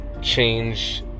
change